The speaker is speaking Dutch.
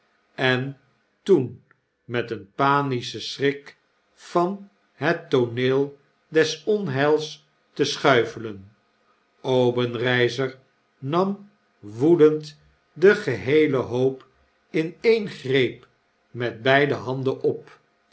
en toen met een panischen schrik van het tooneel desonheilste schuifelen obenreizer nam woedend den geheelen hoop in een greep met beide handen op